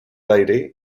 lady